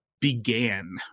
began